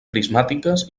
prismàtiques